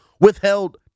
withheld